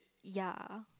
yeah